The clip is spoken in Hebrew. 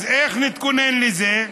אז איך להתכונן לזה?